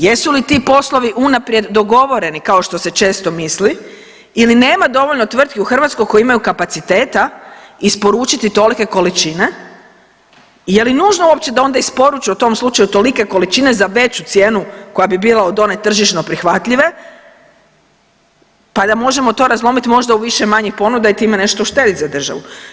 Jesu li ti poslovi unaprijed dogovoreni, kao što se često misli ili nema dovoljno tvrtki u Hrvatskoj koji imaju kapaciteta isporučiti tolike količine i je li nužno uopće da onda isporuče onda tolike količine za veću cijenu koja bi bila od one tržišno prihvatljive pa da možemo to razlomiti možda u više manjih ponuda i time nešto uštediti za državu?